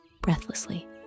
breathlessly